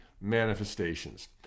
manifestations